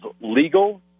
legal